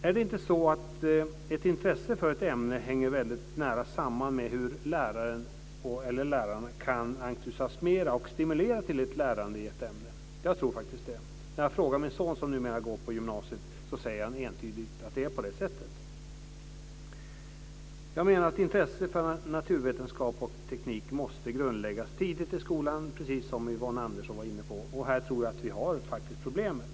Är det inte så att ett intresse för ett ämne hänger väldigt nära samman med hur lärarna kan entusiasmera och stimulera till ett lärande i ett ämne? Jag tror faktiskt det. När jag frågar min son, som numera går på gymnasiet, svarar han entydigt att det är på det sättet. Jag menar att intresset för naturvetenskap och teknik måste grundläggas tidigt i skolan, precis som Yvonne Andersson var inne på. Och här tror jag faktiskt att vi har problemet.